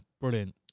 brilliant